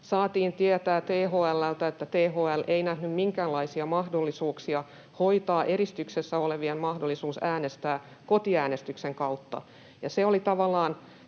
alussa, tietää THL:ltä, että THL ei nähnyt minkäänlaisia mahdollisuuksia hoitaa eristyksessä olevien mahdollisuutta äänestää kotiäänestyksen kautta, ja se oli tavallaan